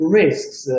risks